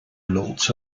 lotse